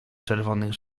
czerwonych